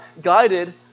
guided